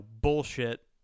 bullshit